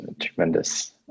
tremendous